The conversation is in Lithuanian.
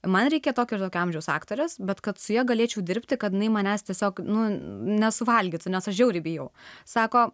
man reikia tokios tokio amžiaus aktorės bet kad su ja galėčiau dirbti kad jinai manęs tiesiog nu nesuvalgytų nes aš žiauriai bijau sako